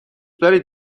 دارید